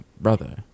brother